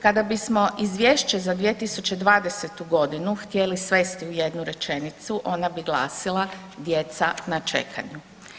Kada bismo izvješće za 2020.g. htjeli svesti u jednu rečenicu ona bi glasila, djeca na čekanju.